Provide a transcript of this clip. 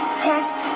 test